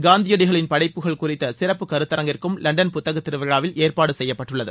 காந்தியடிகளின் படைப்புகள் குறித்த சிறப்பு கருத்தரங்கிற்கும் லண்டன் புத்தகத் திருவிழாவில் ஏற்பாடு செய்யப்பட்டுள்ளது